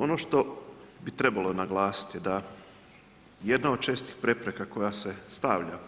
Ono što bi trebalo naglasiti da jedna od čestih prepreka koja se stavlja